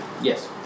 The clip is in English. Yes